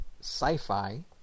Sci-Fi